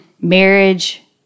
Marriage